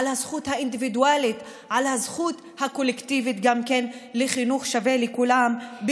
על הזכות האינדיבידואלית וגם על הזכות הקולקטיבית לחינוך שווה לכולם,